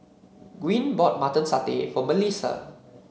Gwyn bought Mutton Satay for Mellisa